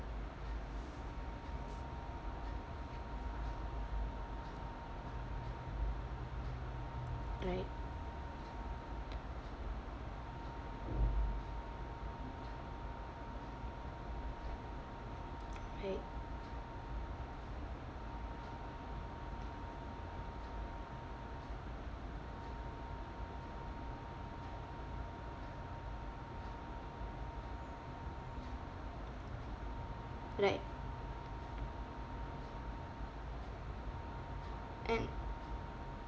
right right right and